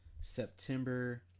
September